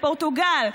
פורטוגל,